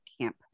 camp